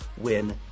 win